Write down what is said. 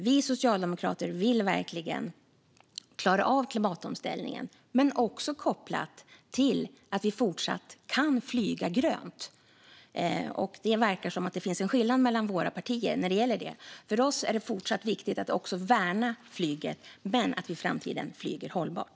Vi socialdemokrater vill verkligen klara av klimatomställningen, också kopplat till att vi kan fortsätta att flyga grönt. Det verkar som om det finns en skillnad mellan våra partier när det gäller detta. För oss är det viktigt att även i fortsättningen värna flyget men på ett sätt som gör att vi i framtiden flyger hållbart.